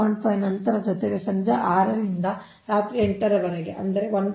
5 ನಂತರ ಜೊತೆಗೆ ಸಂಜೆ 6 ರಿಂದ ರಾತ್ರಿ 8 ರವರೆಗೆ ಅಂದರೆ 1